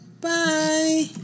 Bye